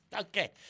okay